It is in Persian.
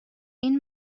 این